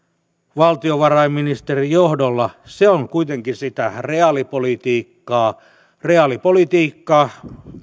valtiovarainministerin johdolla se on kuitenkin sitä reaalipolitiikkaa reaalipolitiikka